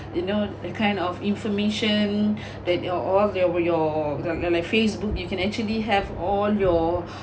you know that kind of information that your all that were your and and my facebook you can actually have all your